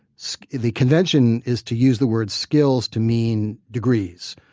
so the convention is to use the words skills to mean degrees.